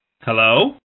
Hello